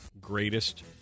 Greatest